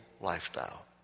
lifestyle